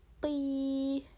bye